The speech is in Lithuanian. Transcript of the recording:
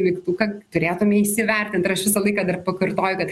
mygtuką turėtume įsivertint ir aš visą laiką dar pakartoju kad